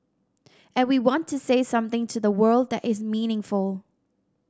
and we want to say something to the world that is meaningful